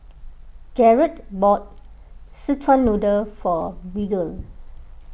Garret bought Szechuan Noodle for Bridger